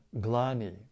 glani